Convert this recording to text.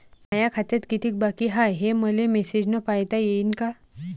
माया खात्यात कितीक बाकी हाय, हे मले मेसेजन पायता येईन का?